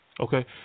Okay